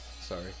sorry